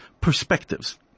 perspectives